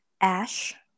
Ash